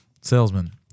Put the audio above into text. Salesman